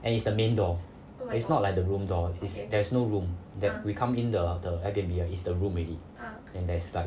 and is the main door is not like the room door is there is no room that we come in the the Airbnb right is the room already and there's like